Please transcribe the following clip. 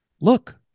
look